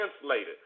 translated